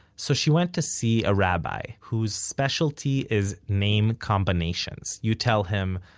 so she went to see a rabbi whose specialty is name combinations. you tell him,